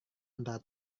antara